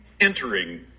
entering